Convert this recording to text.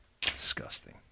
Disgusting